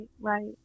right